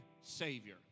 Savior